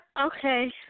okay